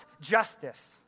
justice